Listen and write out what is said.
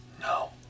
No